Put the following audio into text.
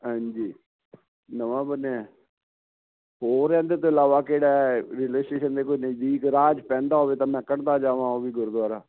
ਹਾਂਜੀ ਨਵਾਂ ਬਣਿਆ ਹੋਰ ਇਹਦੇ ਤੋਂ ਇਲਾਵਾ ਕਿਹੜਾ ਰਿਲੇਸ਼ਨ ਦੇਖੋ ਨਜ਼ਦੀਕ ਰਾਹ ਪੈਂਦਾ ਹੋਵੇ ਤਾਂ ਮੈਂ ਕੱਢਦਾ ਜਾਵਾਂ ਉਹ ਵੀ ਗੁਰਦੁਆਰਾ